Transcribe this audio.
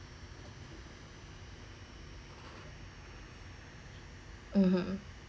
(uh huh)